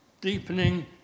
deepening